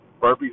burpees